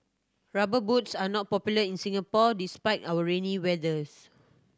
Rubber Boots are not popular in Singapore despite our rainy weathers